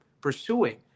pursuing